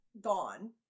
gone